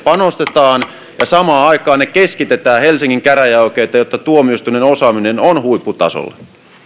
panostetaan ja samaan aikaan ne keskitetään helsingin käräjäoikeuteen jotta tuomioistuimen osaaminen on huipputasolla